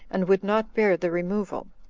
and would not bear the removal.